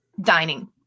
dining